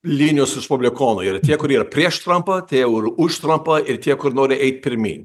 linijos respublikonų yra tie kurie yra prieš trampą tie ur už trampą ir tie kur nori eit pirmyn